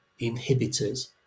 inhibitors